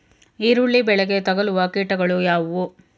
ಈರುಳ್ಳಿ ಬೆಳೆಗೆ ತಗಲುವ ಕೀಟಗಳು ಯಾವುವು?